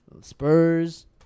Spurs